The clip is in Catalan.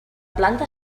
planta